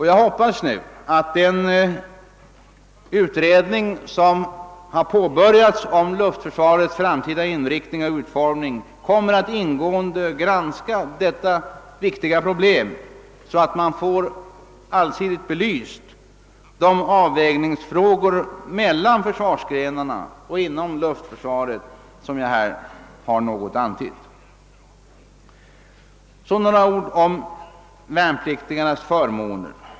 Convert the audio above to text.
Jag hoppas att den utredning om luftförsvarets framtida inriktning och utformning, som nu har påbörjats, kommer att ingående granska detta viktiga problem, så att vi får en allsidig belysning av de avvägningsproblem när det gäller förhållandet mellan de olika försvarsgrenarna och inom luftförsvaret, som jag här antytt. Så några ord om de värnpliktigas förmåner.